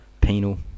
Penal